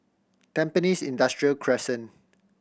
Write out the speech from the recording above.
Tampines Industrial Crescent